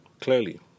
clearly